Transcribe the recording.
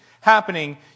happening